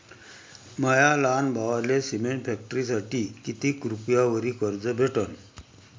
माया लहान भावाले सिमेंट फॅक्टरीसाठी कितीक रुपयावरी कर्ज भेटनं?